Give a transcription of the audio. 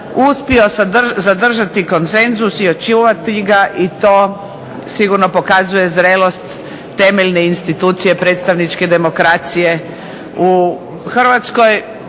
uspio održati konsenzus i očuvati ga i to sigurno pokazuje zrelost temeljne institucije predstavničke demokracije u Hrvatskoj,